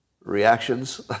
reactions